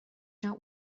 not